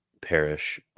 parish